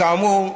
כאמור,